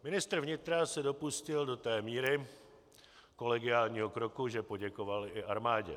Ministr vnitra se dopustil do té míry kolegiálního kroku, že poděkoval i armádě.